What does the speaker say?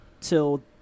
till